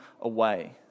away